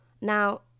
Now